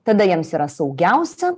tada jiems yra saugiausia